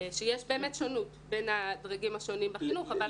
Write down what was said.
ובאמת יש שונות בין הדרגים השונים בחינוך.